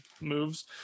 moves